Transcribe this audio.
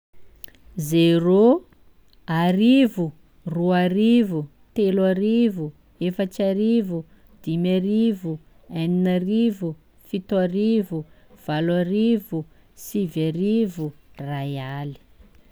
Zero, arivo, roa arivo, telo arivo, efatsy arivo, dimy arivo, enina arivo, fito arivo, valo arivo, sivy arivo, iray aly.